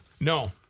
No